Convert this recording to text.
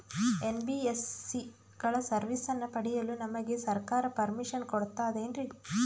NBSC ಗಳ ಸರ್ವಿಸನ್ನ ಪಡಿಯಲು ನಮಗೆ ಸರ್ಕಾರ ಪರ್ಮಿಷನ್ ಕೊಡ್ತಾತೇನ್ರೀ?